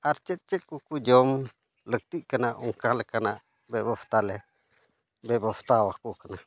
ᱟᱨ ᱪᱮᱫ ᱪᱮᱫ ᱠᱚᱠᱚ ᱡᱚᱢ ᱞᱟᱹᱠᱛᱤᱜ ᱠᱟᱱᱟ ᱚᱱᱠᱟ ᱞᱮᱠᱟᱱᱟᱜ ᱵᱮᱵᱚᱥᱛᱷᱟ ᱞᱮ ᱵᱮᱵᱚᱥᱛᱷᱟ ᱟᱠᱚ ᱠᱟᱱᱟ